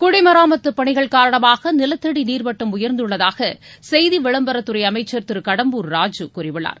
குடிமராமத்து பணிகள் காரணமாக நிலத்தடி நீர்மட்டம் உயர்ந்துள்ளதாக செய்தி விளம்பரத்துறை அமைச்சர் திரு கடம்பூர் ராஜு கூறியுள்ளார்